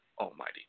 Almighty